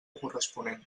corresponent